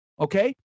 okay